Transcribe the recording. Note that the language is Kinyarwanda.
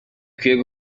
gihugu